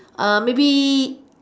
uh maybe